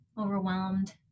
overwhelmed